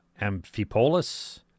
Amphipolis